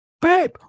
babe